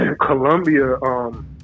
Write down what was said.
Columbia